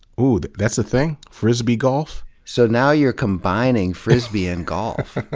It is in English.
ooh, that's a thing? frisbee golf? so now you're combining frisbee and golf.